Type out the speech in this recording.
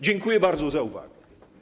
Dziękuję bardzo za uwagę.